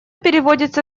переводится